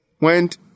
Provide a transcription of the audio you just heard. went